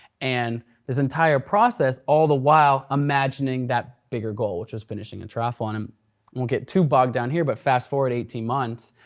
and this entire process, all the while imagining that bigger goal which was finishing a and triathlon. um won't get too bogged down here, but fast forward eighteen months,